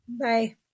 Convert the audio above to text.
Bye